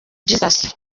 jesus